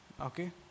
okay